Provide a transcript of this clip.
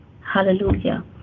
hallelujah